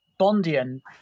bondian